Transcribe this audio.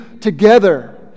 together